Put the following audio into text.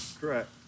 Correct